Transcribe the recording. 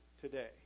today